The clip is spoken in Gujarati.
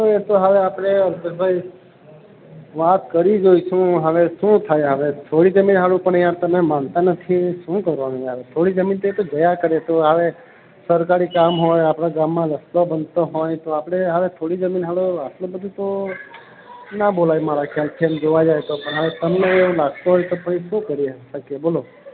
તો એ તો હવે આપણે ભાઈ વાત કરી જોઇશું હવે શું થાય હવે થોડી જમીન સારું પણ યાર તમે માનતા નથી શું કરવાનું યાર થોડી જમીન તો એ તો ગયા કરે તો એ તો હવે સરકારી કામ હોય આપણાં ગામમાં રસ્તો બનતો હોય તો આપણે હવે થોડી જમીન સારું આટલું બધું તો તો ન બોલાય મારા ખ્યાલથી એમ જોવા જઈએ તો પણ હવે તમને એવું લાગતું હોય તો પછી શું કરીએ શકીએ પછી બોલો